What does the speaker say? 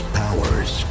powers